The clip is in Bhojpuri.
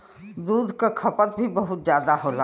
दूध क खपत भी बहुत जादा होला